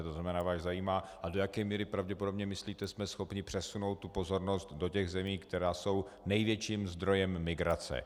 To znamená, vás zajímá, do jaké míry pravděpodobně myslíte jsme schopni přesunout pozornost do těch zemí, které jsou největším zdrojem migrace.